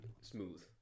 smooth